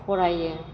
फरायो